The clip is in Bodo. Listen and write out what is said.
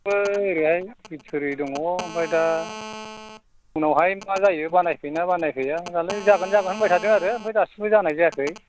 ओइ ओरैहाय थुरि दङ ओमफ्राय दा उनावहाय मा जायो बानायफैयो ना बानायफैया दालाय जागोन जागोन होनबाय थादों आरो ओमफ्राय दासिमबो जानाय जायाखै